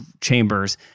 chambers